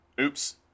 Oops